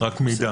לא.